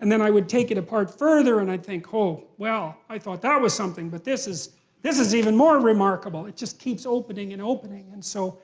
and then i would take it apart further, and i'd think, oh, well, i thought that was something, but this is this is even more remarkable. it just keeps opening and opening. and so